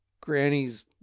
Granny's